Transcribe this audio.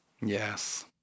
Yes